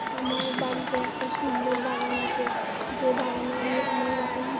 আমার বাড়িতে একটা সুন্দর বাগান আছে যে বাগানে আমি অনেকরকম